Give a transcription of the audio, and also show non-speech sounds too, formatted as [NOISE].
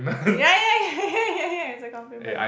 yeah yeah [LAUGHS] yeah yeah it's a compliment